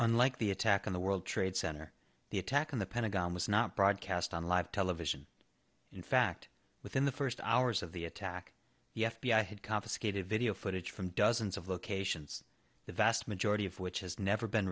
unlike the attack on the world trade center the attack on the pentagon was not broadcast on live television in fact within the first hours of the attack the f b i had confiscated video footage from dozens of locations the vast majority of which has never been